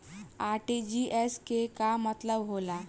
RTGS के का मतलब होला?